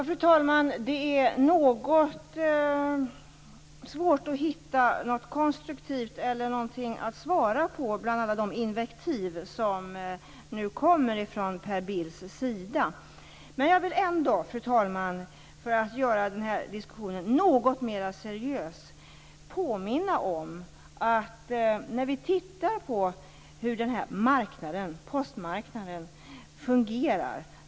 Fru talman! Det är svårt att hitta något konstruktivt eller något att svara på bland alla de invektiv som kommer från Per Bills sida. Men för att göra diskussionen något mer seriös vill jag påminna om följande i fråga om hur postmarknaden fungerar.